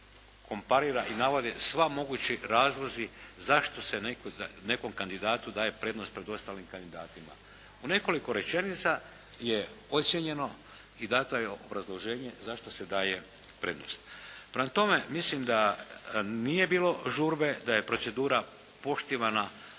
komparira i navode sva mogući razlozi zašto se nekom kandidatu daje prednost pred ostalim kandidatima. U nekoliko rečenica je ocijenjeno i dato je obrazloženje zašto se daje prednost. Prema tome, mislim da nije bilo žurbe, da je procedura poštivana